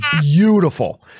beautiful